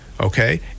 okay